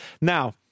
Now